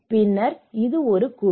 பின்னர் இது ஒரு குழு